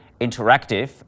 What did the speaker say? interactive